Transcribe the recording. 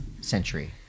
Century